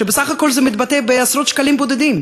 שבסך הכול זה מתבטא בעשרות שקלים בודדים,